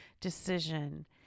decision